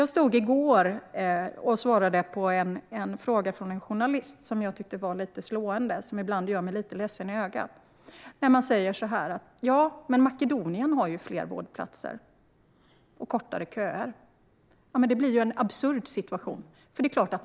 Jag stod i går och svarade på en fråga från en journalist - den var slående och gjorde mig lite ledsen i ögat - som sa att Makedonien har fler vårdplatser och kortare köer. Det blir en absurd situation.